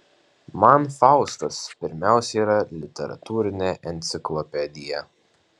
man faustas pirmiausia yra literatūrinė enciklopedija